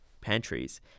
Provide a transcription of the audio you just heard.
pantries